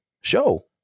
show